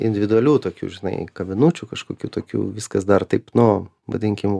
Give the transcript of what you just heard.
individualių tokių žinai kavinučių kažkokių tokių viskas dar taip nu vadinkim